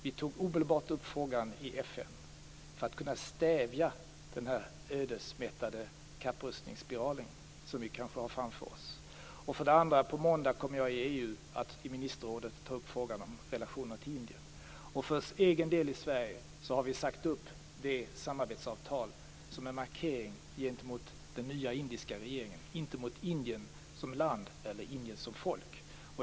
Vi tog omedelbart upp frågan i FN för att kunna stävja den ödesmättade kapprustningsspiral som vi kanske har framför oss. Vidare kommer jag på måndag att i ministerrådet i EU ta upp frågan om relationerna till Indien. För svensk del har vi sagt upp vårt samarbetsavtal; detta som en markering gentemot den nya indiska regeringen, inte mot Indien som land eller Indien som folk.